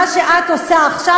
מה שאת עושה עכשיו,